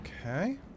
Okay